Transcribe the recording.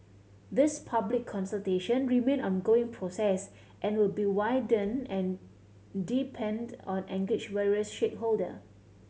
these public consultation remain an ongoing process and will be widened and deepened or engage various stakeholder